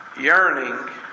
yearning